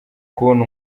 kubona